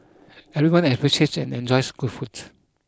everyone appreciates and enjoys good foods